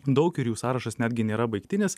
daug ir jų sąrašas netgi nėra baigtinis